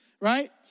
right